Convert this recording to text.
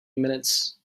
minutes